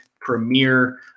premier